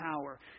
power